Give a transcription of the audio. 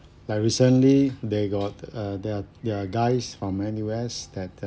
like recently there got uh there are there are guys from N_U_S that